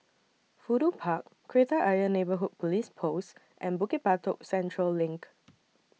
Fudu Park Kreta Ayer Neighbourhood Police Post and Bukit Batok Central LINK